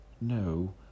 no